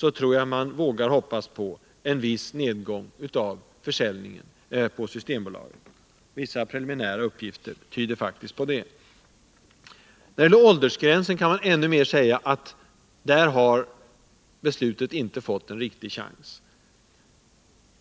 jag tror att man vågar hoppas på att det skett en viss nedgång i försäljningen på systembolagen sedan priset höjdes i höstas — vissa preliminära uppgifter tyder faktiskt på det. I fråga om åldersgränsen kan i ännu högre grad hävdas att beslutet inte har fått någon riktig chans.